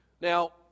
Now